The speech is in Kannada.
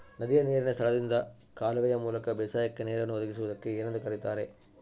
ನದಿಯ ನೇರಿನ ಸ್ಥಳದಿಂದ ಕಾಲುವೆಯ ಮೂಲಕ ಬೇಸಾಯಕ್ಕೆ ನೇರನ್ನು ಒದಗಿಸುವುದಕ್ಕೆ ಏನೆಂದು ಕರೆಯುತ್ತಾರೆ?